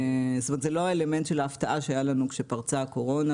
זאת אומרת זה לא האלמנט של ההפתעה שהיה לנו כשפרצה הקורונה.